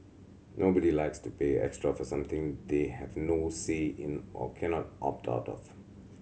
nobody likes to pay extra for something they have no say in or cannot opt out of